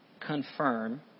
confirm